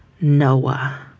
Noah